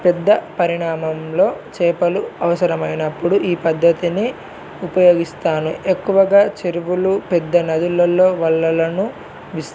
పెద్ద పరిణామంలో చేపలు అవసరమైనప్పుడు ఈ పద్ధతిని ఉపయోగిస్తాను ఎక్కువగా చెరువులు పెద్ద నదులల్లో వలలను విస్త